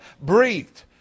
breathed